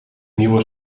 nieuwe